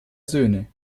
söhne